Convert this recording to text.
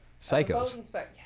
Psychos